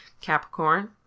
Capricorn